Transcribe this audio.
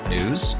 News